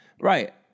Right